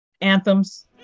anthems